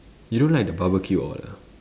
you don't know like the barbecue all ah